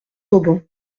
auban